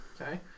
Okay